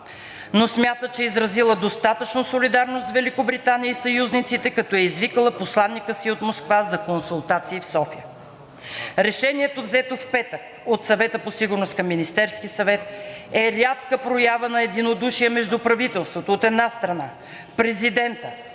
но смята, че е изразила достатъчно солидарност с Великобритания и съюзниците, като е извикала посланика си от Москва за консултации в София. Решението, взето в петък от Съвета по сигурност към Министерския съвет, е рядка проява на единодушие между правителството, от една страна, президента